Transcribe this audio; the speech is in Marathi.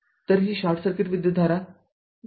तर ही शॉर्ट सर्किट विद्युतधारा मिळेल